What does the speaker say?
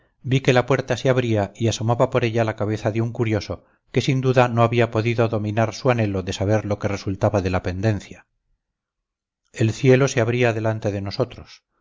vi que la puerta se abría y asomaba por ella la cabeza de un curioso que sin duda no había podido dominar su anhelo de saber lo que resultaba de la pendencia el cielo se abría delante de nosotros